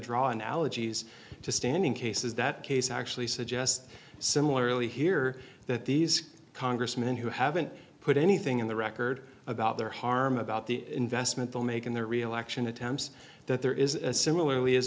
draw analogies to stanning cases that case actually suggest similarly here that these congressmen who haven't put anything in the record about their harm about the investment they'll make in their reelection attempts that there is a similarly is